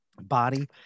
body